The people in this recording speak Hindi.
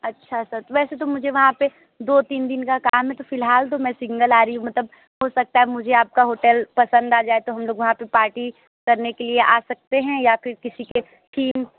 अच्छा सर वैसे तो मुझे वहाँ पर दो तीन दिन का काम है तो फिलहाल तो मैं सिंगल आ रही हूँ मतलब हो सकता है मुझे आप का होटेल पसंद आ जाए तो हम लोग वहाँ पर पार्टी करने के लिए आ सकते हैं या फिर किसी के थीम